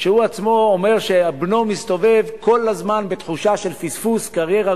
שהוא עצמו אומר שבנו מסתובב כל הזמן בתחושה של פספוס קריירה